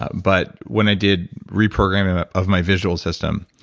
ah but when i did reprogramming of my visual system,